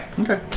Okay